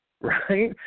right